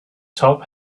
top